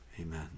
Amen